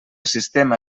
sistema